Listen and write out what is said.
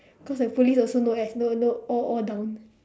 cause the police also no air no no all all down